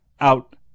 out